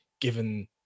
given